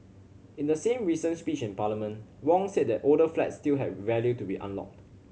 in the same recent speech in Parliament Wong said that older flats still had value to be unlocked